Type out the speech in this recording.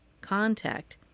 contact